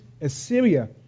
Assyria